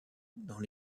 dans